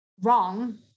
wrong